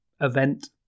event